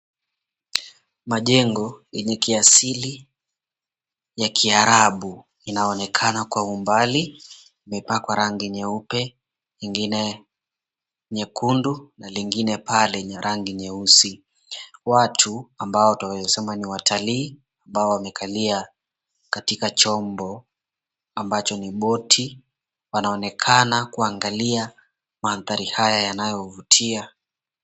Majengo yenye kiasili ya Kiarabu inaonekana kwa umbali imepakwa rangi nyeupe ingine nyekundu na lingine pale ya rangi nyeusi. Watu ambao twaweza sema ni watalii ambao wamekalia katika chombo ambacho ni boti wanaonekana kuangalia mandhari haya yanayovutia.